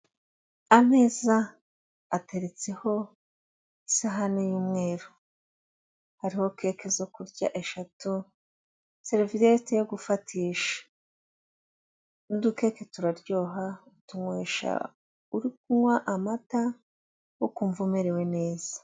Ameza ateretseho isahani y'umweru, hariho keke zo kurya eshatu, seriviyete yo gufatisha, udukeke turaryoha utunywesha uri kunywa amata ukumva umerewe neza.